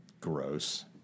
Gross